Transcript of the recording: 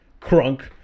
crunk